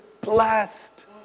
blessed